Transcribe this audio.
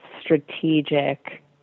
strategic